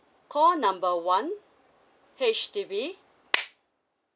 call number one H_D_B